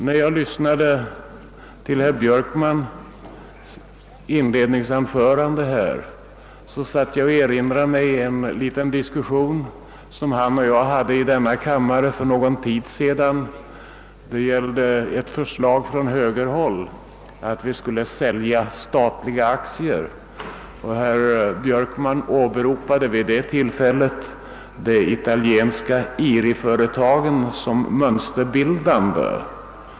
När jag lyssnade till herr Björkmans inledningsanförande erinrade jag mig en liten diskussion, som han och jag förde i denna kammare för någon tid sedan i anledning av ett förslag från högerhåll om att vi skulle sälja statliga aktier. Herr Björkman åberopade vid detta tillfälle de italienska IRI-företagen som mönsterbildande.